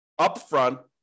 upfront